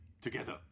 Together